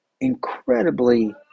incredibly